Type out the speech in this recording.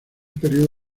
periodo